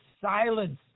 silence